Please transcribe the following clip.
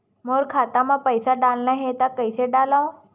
मोर खाता म पईसा डालना हे त कइसे डालव?